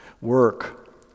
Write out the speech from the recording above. Work